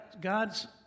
God's